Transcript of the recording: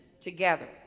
together